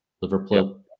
Liverpool